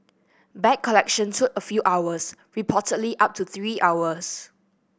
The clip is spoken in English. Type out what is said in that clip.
bag collection took a few hours reportedly up to three hours